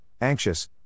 anxious